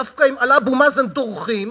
דווקא על אבו מאזן דורכים,